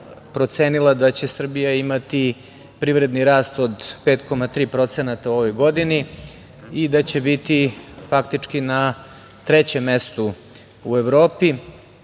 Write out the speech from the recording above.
procenila da će Srbija imati privredni rast od 5,3% u ovoj godini i da će biti faktički na trećem mestu u Evropi